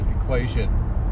equation